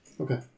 Okay